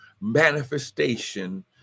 manifestation